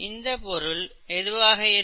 இந்தப் பொருள் எதுவாக இருக்கும்